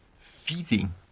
feeding